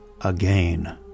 Again